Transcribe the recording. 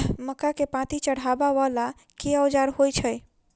मक्का केँ पांति चढ़ाबा वला केँ औजार होइ छैय?